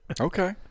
Okay